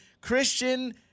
Christian